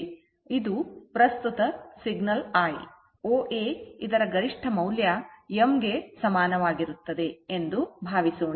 ಇದು ಪ್ರಸ್ತುತ signal i O A ಇದರ ಗರಿಷ್ಠ ಮೌಲ್ಯ m ಗೆ ಸಮಾನವಾಗಿರುತ್ತದೆ ಎಂದು ಭಾವಿಸೋಣ